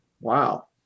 Wow